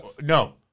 No